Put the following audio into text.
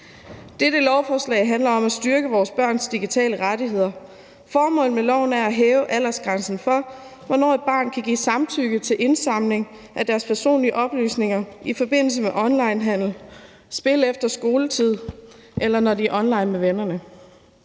Dette lovforslag handler om at styrke vores børns digitale rettigheder. Formålet med loven er at hæve aldersgrænsen for, hvornår børn kan give samtykke til indsamling af deres personlige oplysninger i forbindelse med onlinehandel, spil efter skoletid, eller når de er online med vennerne.